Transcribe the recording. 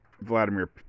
Vladimir